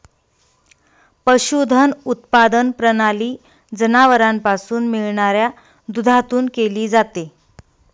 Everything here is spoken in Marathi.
पशुधन उत्पादन प्रणाली जनावरांपासून मिळणाऱ्या दुधातून केली जाते